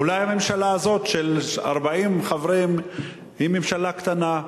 אולי הממשלה הזאת של 40 חברים היא ממשלה קטנה?